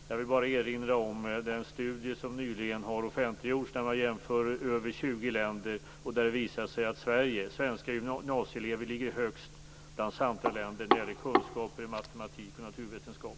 Jag vill erinra om den studie som nyligen har offentliggjorts, där man jämför över 20 länder och där det visar sig att svenska gymnasieelever ligger högst bland samtliga länder när det gäller kunskaper i matematik och naturvetenskap.